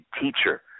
teacher